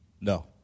No